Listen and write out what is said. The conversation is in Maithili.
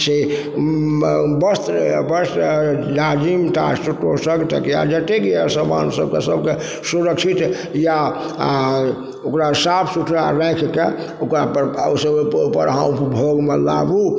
से वस्त्र वस्त्र जाजिम ता तोसक तकिया जत्तेक यऽ सामान सबके सबके सुरक्षित या ओकरा साफ सुथरा राखिके ओकरापर ओइसँ ओइपर अहाँ उपभोगमे लाबु